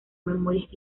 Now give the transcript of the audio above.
memorias